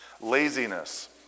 laziness